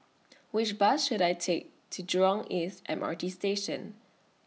Which Bus should I Take to Jurong East M R T Station